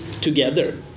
together